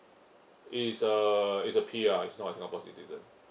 is a is a P_R is not a singapore citizen